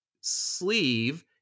sleeve